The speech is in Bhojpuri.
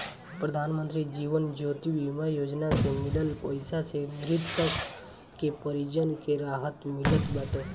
प्रधानमंत्री जीवन ज्योति बीमा योजना से मिलल पईसा से मृतक के परिवार के राहत मिलत बाटे